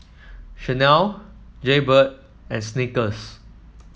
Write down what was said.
Chanel Jaybird and Snickers